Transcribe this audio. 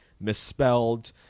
misspelled